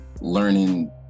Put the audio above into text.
learning